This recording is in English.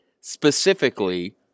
Specifically